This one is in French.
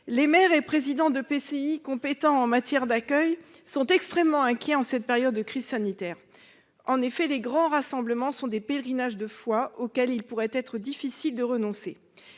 intercommunale), compétents en matière d'accueil, sont extrêmement inquiets en cette période de crise sanitaire. En effet, les « grands rassemblements » sont des pèlerinages de foi auxquels il pourrait être difficile de renoncer.